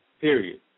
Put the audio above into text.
period